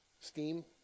Steam